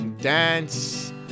dance